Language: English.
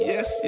Yes